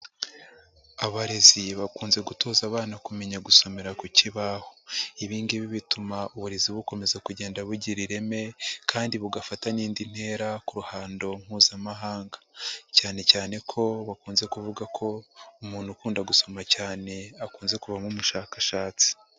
Abarezi bakunze gutoza abana kumenya gusomera ku kibaho. Ibingibi bituma uburezi bukomeza kugenda bugira ireme kandi bugafata n'indi ntera ku ruhando mpuzamahanga. cyane cyane ko bakunze kuvuga ko umuntu ukunda gusoma cyane akunze kuvamo umushakashatsi.